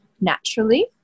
naturally